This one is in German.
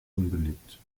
unbeliebt